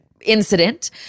incident